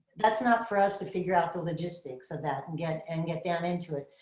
that's not for us to figure out the logistics of that and get and get down into it.